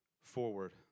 forward